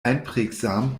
einprägsam